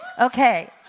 Okay